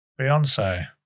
Beyonce